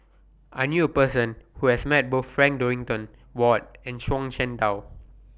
I knew A Person Who has Met Both Frank Dorrington Ward and Zhuang Shengtao